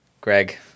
Greg